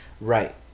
Right